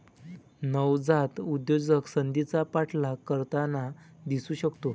नवजात उद्योजक संधीचा पाठलाग करताना दिसू शकतो